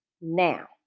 Now